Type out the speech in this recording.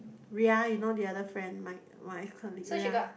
Ria you know the other friend my my colleague Ria